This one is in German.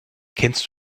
kennst